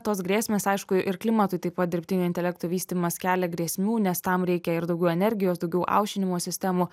tos grėsmės aišku ir klimatui taip pat dirbtinio intelekto vystymas kelia grėsmių nes tam reikia ir daugiau energijos daugiau aušinimo sistemų